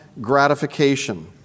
gratification